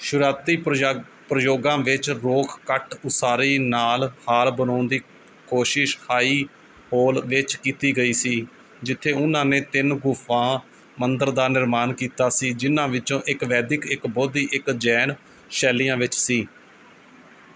ਸ਼ੁਰੂਆਤੀ ਪ੍ਰਯਗ ਪ੍ਰਯੋਗਾਂ ਵਿੱਚ ਰੌਕ ਕੱਟ ਉਸਾਰੀ ਨਾਲ ਹਾਲ ਬਣਾਉਣ ਦੀ ਕੋਸ਼ਿਸ਼ ਹਾਈਹੋਲ ਵਿੱਚ ਕੀਤੀ ਗਈ ਸੀ ਜਿੱਥੇ ਉਨ੍ਹਾਂ ਨੇ ਤਿੰਨ ਗੁਫਾ ਮੰਦਰ ਦਾ ਨਿਰਮਾਨ ਕੀਤਾ ਸੀ ਜਿਨ੍ਹਾਂ ਵਿੱਚੋਂ ਇੱਕ ਵੈਦਿਕ ਇੱਕ ਬੋਧੀ ਇੱਕ ਜੈਨ ਸ਼ੈਲੀਆਂ ਵਿੱਚ ਸੀ